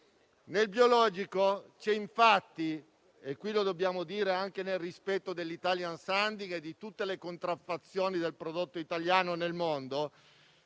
Nel biologico c'è infatti - lo dobbiamo dire anche rispetto all'*italian sounding* e a tutte le contraffazioni del prodotto italiano nel mondo